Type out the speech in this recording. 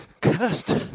cursed